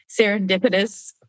serendipitous